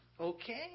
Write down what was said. okay